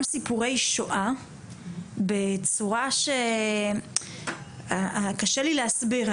סיפורי שואה בצורה שקשה לי להסביר.